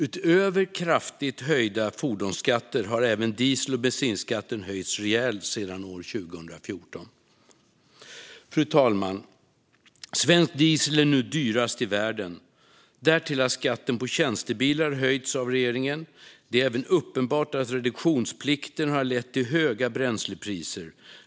Utöver kraftigt höjda fordonsskatter har även diesel och bensinskatten höjts rejält sedan år 2014. Fru talman! Svensk diesel är nu dyrast i världen. Därtill har skatten på tjänstebilar höjts av regeringen. Det är även uppenbart att reduktionsplikten har lett till höga bränslepriser.